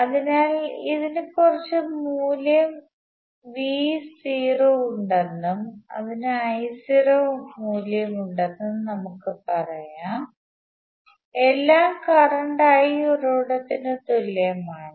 അതിനാൽ ഇതിന് കുറച്ച് മൂല്യം Vo ഉണ്ടെന്നും ഇതിന് Io മൂല്യമുണ്ടെന്നും നമുക്ക് പറയാം എല്ലാം കറണ്ട് I ഉറവിടത്തിന് തുല്യമാണ്